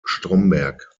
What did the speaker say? stromberg